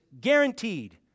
guaranteed